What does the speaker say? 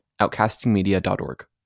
outcastingmedia.org